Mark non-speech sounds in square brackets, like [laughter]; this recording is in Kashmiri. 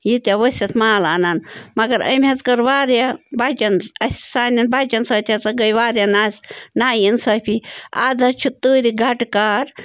ییٖتیٛاہ ؤسِت مال اَنان مگر أمۍ حظ کٔر واریاہ بَچَن اَسہِ سانٮ۪ن بَچَن سۭتۍ ہسا گٔے واریاہ [unintelligible] نا اِنصٲفی آز حظ چھِ تۭرِ گَٹہٕ کار